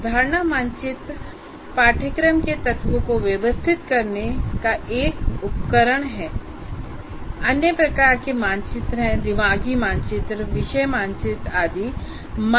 अवधारणा मानचित्र पाठ्यक्रम के तत्वों को व्यवस्थित करने का एक उपकरण है अन्य प्रकार के मानचित्र हैं दिमागी मानचित्र विषय मानचित्र आदि हैं